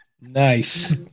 nice